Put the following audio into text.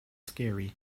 scary